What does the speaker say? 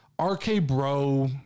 RK-Bro